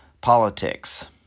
politics